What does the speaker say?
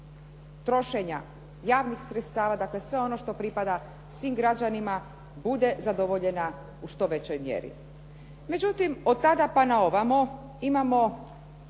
trošenja javnih sredstava, dakle sve ono što pripada svim građanima bude zadovoljena u što većoj mjeri. Međutim, od tada pa na ovamo imamo